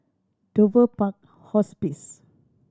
Dover Park Hospice